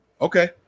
Okay